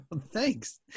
Thanks